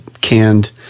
canned